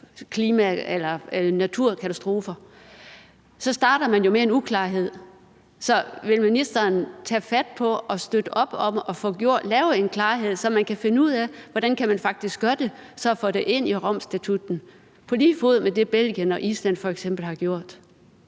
de her store naturkatastrofer, så starter man jo med en uklarhed. Så vil ministeren tage fat på og støtte op om at få lavet en klarhed, så man kan finde ud af, hvordan man faktisk kan gøre det, og få det ind i Romstatutten på lige fod med det, Belgien og Island f.eks. har gjort?